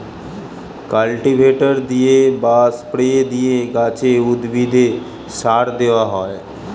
cultivator দিয়ে বা spray দিয়ে গাছে, উদ্ভিদে সার দেওয়া হয়